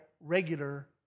regular